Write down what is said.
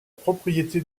propriété